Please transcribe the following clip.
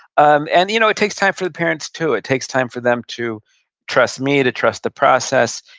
um and you know it takes time for the parents, too. it takes time for them to trust me, to trust the process,